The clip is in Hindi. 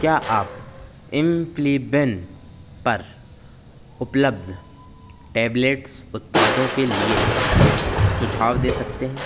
क्या आप इंफ्लिबेन पर उपलब्ध टैबलेट्स उत्पादों के लिए सुझाव दे सकते हैं